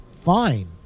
Fine